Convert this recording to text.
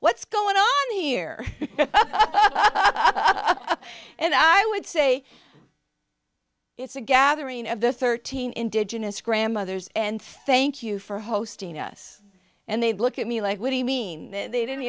what's going on here and i would say it's a gathering of the thirteen indigenous grandmothers and thank you for hosting us and they'd look at me like what do you mean they didn't